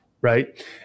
right